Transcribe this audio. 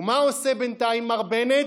ומה עושה בינתיים מר בנט?